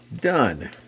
done